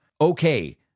okay